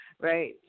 right